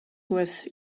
with